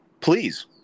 Please